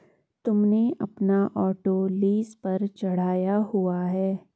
तुमने अपना auto lease पर चढ़ाया हुआ है?